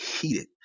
heated